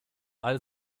all